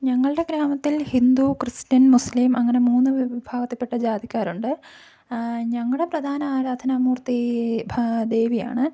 ഞങ്ങളുടെ ഗ്രാമത്തിൽ Hindu Christian Muslim അങ്ങനെ മൂന്ന് വിഭാഗത്തിൽപ്പെട്ട ജാതിക്കാരുണ്ട് ഞങ്ങളുടെ പ്രധാന ആരാധനാ മൂർത്തി ഈ ഭാ ദേവിയാണ്